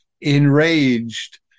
enraged